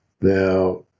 now